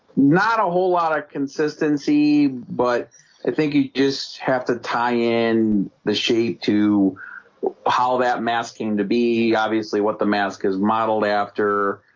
not a whole lot of consistency, but i think you just have to tie in the shade to how that masking to be obviously what the mask is modeled after